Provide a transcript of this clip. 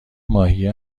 ماهی